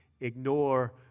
ignore